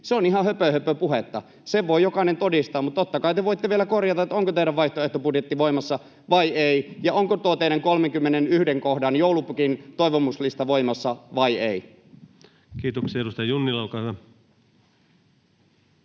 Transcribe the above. on ihan höpöhöpöpuhetta. Sen voi jokainen todistaa, mutta totta kai te voitte vielä korjata, onko teidän vaihtoehtobudjettinne voimassa vai ei ja onko tuo teidän 31 kohdan [Kai Mykkäsen välihuuto] joulupukin toivomuslistanne voimassa vai ei. Kiitoksia. — Edustaja Junnila, olkaa hyvä.